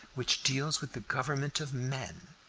which deals with the government of men,